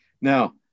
Now